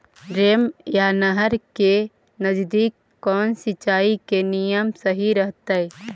Dam या नहर के नजदीक कौन सिंचाई के नियम सही रहतैय?